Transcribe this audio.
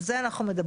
על זה אנחנו מדברים.